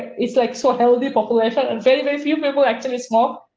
it's like so so the population and very, very few people actually smoke.